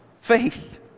Faith